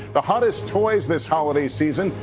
the hottest toys this holiday season,